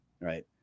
right